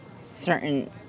certain